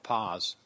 pause